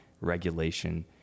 regulation